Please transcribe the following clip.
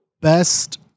best